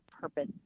purpose